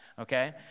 okay